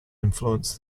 influence